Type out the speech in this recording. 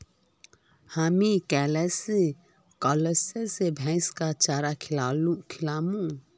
हामी कैल स भैंसक चारा खिलामू